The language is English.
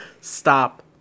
Stop